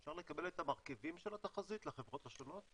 אפשר לקבל את המרכיבים של התחזית לחברות השונות?